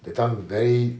that time very